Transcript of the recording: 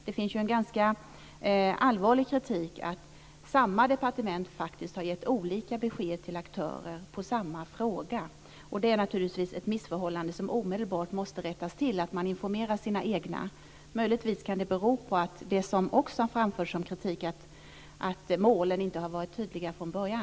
Det riktas ju ganska allvarlig kritik mot att samma departement faktiskt har gett olika besked till aktörer i samma fråga. Det är naturligtvis ett missförhållande som omedelbart måste rättas till. Man måste informera sina egna. Möjligen kan orsaken vara det som också framförts som kritik: att målen inte har varit tydliga från början.